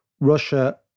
Russia